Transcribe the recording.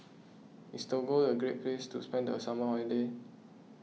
is Togo a great place to spend a summer holiday